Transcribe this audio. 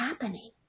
happening